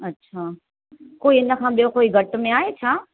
अच्छा कोई हिन खां ॿियो कोई घटि में आहे छा